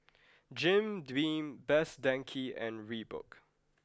Jim Beam Best Denki and Reebok